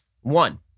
One